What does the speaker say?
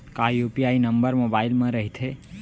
का UPI number mobile म रहिथे?